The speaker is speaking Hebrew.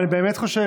אבל אני באמת חושב,